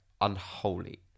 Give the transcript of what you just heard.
unholy